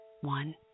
one